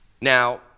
Now